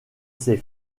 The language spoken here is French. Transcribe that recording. ses